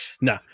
No